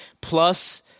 plus